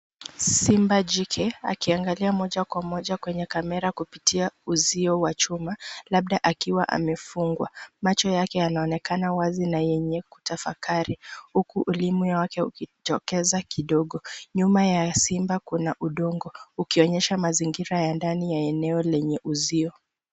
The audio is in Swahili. Simba jike akiangalia moja kwa moja kwenye kamera kupitia uzio wa chuma, labda akiwa amefungwa. Macho yake yanaonekana wazi na yenye kutafakari, huku ulimi wake ukijitokeza kidogo. Nyuma ya simba kuna udongo, ukionyesha mazingira ya ndani ya eneo lenye uzio.